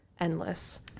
endless